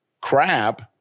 crap